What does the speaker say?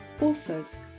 authors